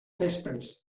vespres